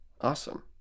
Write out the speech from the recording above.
Awesome